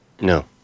No